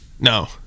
no